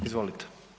Izvolite.